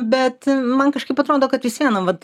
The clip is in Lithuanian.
bet man kažkaip atrodo kad vis viena vat